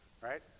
right